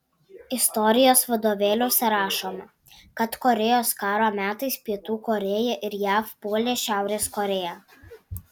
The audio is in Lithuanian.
istorijos vadovėliuose rašoma kad korėjos karo metais pietų korėja ir jav puolė šiaurės korėją